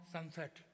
Sunset